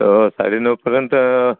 हो साडे नऊपर्यंत